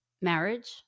marriage